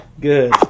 Good